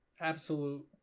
Absolute